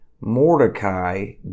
Mordecai